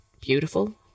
beautiful